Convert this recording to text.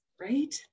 right